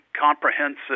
comprehensive